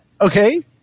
okay